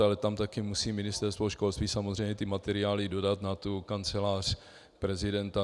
Ale tam taky musí Ministerstvo školství ty materiály dodat na tu kancelář prezidenta.